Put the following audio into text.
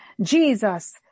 Jesus